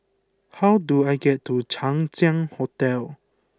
how do I get to Chang Ziang Hotel